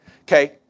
okay